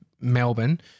Melbourne